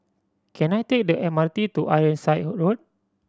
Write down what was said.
can I take the M R T to Ironside Road